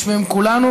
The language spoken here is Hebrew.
בשם כולנו,